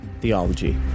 theology